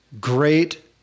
great